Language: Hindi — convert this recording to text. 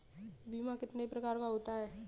बीमा कितने प्रकार का होता है?